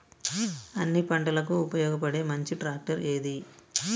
అన్ని పంటలకు ఉపయోగపడే మంచి ట్రాక్టర్ ఏది?